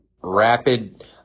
rapid